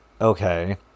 okay